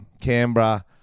Canberra